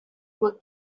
were